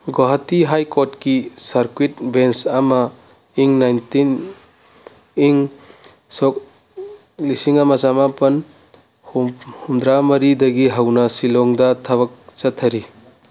Guwahati high ꯀꯣꯔꯠꯀꯤ circuit bench ꯑꯃ ꯏꯪ ꯅꯥꯏꯟꯇꯤꯟ ꯏꯪ ꯁꯣꯛ ꯂꯤꯁꯤꯡ ꯑꯃ ꯆꯥꯝꯃꯥꯄꯜ ꯍꯨꯝꯗ꯭ꯔꯥ ꯃꯔꯤꯗꯒꯤ ꯍꯧꯅ ꯁꯤꯜꯂꯣꯡꯗ ꯊꯕꯛ ꯆꯠꯊꯔꯤ